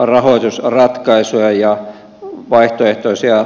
rahoitusratkaisuja ja vaihtoehtoisia rahoitusmalleja